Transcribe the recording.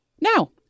Now